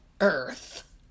Earth